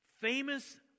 famous